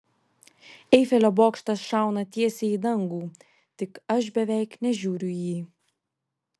eifelio bokštas šauna tiesiai į dangų tik aš beveik nežiūriu į jį